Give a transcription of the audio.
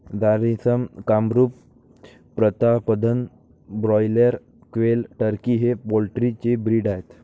Jharsim, Kamrup, Pratapdhan, broiler, quail, turkey हे poultry चे breed आहेत